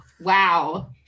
wow